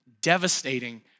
devastating